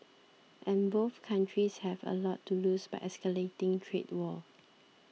and both countries have a lot to lose by escalating trade war